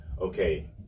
okay